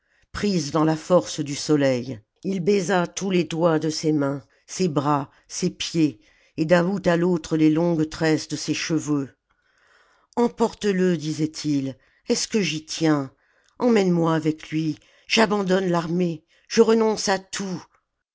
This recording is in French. prise dans la force du soleil il baisa tous les doigts de ses mains ses bras ses pieds et d'un bout à l'autre les longues tresses de ses cheveux emporte le disait il est-ce que j'y tiens emmène-moi avec lui j'abandonne l'armée je renonce à tout